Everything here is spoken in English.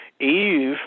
Eve